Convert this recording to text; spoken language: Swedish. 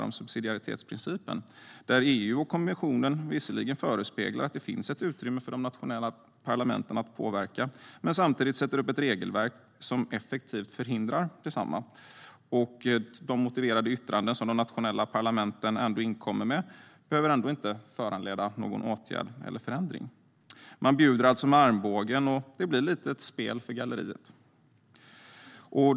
I det förespeglar EU och kommissionen visserligen att det finns ett utrymme för de nationella parlamenten att påverka men sätter samtidigt upp ett regelverk som effektivt förhindrar det. De motiverade yttranden som de nationella parlamenten inkommer med behöver heller inte föranleda någon åtgärd eller förändring. Man bjuder alltså med armbågen, och det blir lite av ett spel för gallerierna.